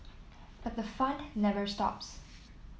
but the fun never stops